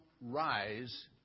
rise